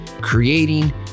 creating